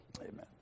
amen